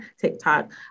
TikTok